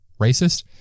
racist